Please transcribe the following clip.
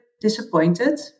disappointed